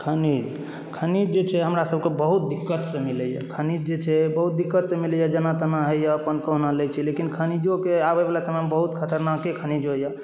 खनिज खनिज जे छै हमरा सब के बहुत दिक्कतसँ मिलैया खनिज जे छै बहुत दिक्कतसँ मिलैया जेना तेना होइया अपन कहुना लै छी लेकिन खनिजोकेँ आबै वाला समयमे बहुत खतरनाके खनिज होइया